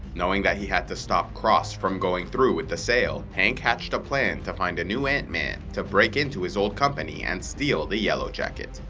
knowing that he had to stop cross from going through with the sale, hank hatched a plan to find a new ant-man, to break into his old company and steal the yellowjacket.